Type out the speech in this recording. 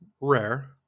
Rare